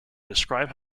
describe